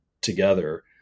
together